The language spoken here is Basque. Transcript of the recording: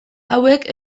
hauek